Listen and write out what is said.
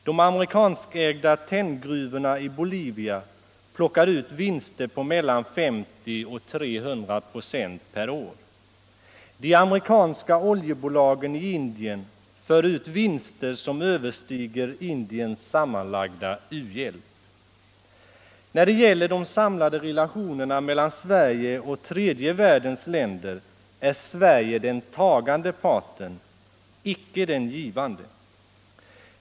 De amerikanskägda tenngruvorna i Bolivia plockar ut vinster på 50-300 procent per år. De amerikanska oljebolagen i Indien för ut vinster som överstiger den sammanlagda u-hjälpen till Indien. När det gäller de samlade relationerna mellan Sverige och tredje världens länder är Sverige den tagande parten, icke den givande.